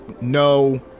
No